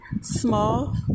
small